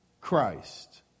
Christ